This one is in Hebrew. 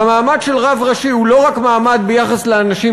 והמעמד של רב ראשי הוא לא רק מעמד ביחס לאנשים